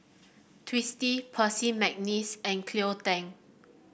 Twisstii Percy McNeice and Cleo Thang